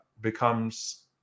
becomes